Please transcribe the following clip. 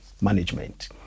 management